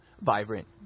vibrant